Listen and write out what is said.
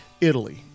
Italy